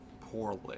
poorly